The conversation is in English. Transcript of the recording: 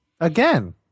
Again